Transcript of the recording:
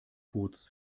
boots